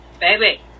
baby